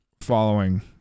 following